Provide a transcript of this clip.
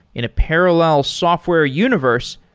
in a parallel software universe,